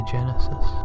Genesis